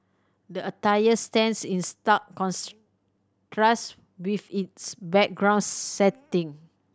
the attire stands in stark contrast with its background setting